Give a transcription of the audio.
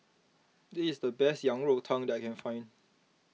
this is the best Yang Rou Tang that I can find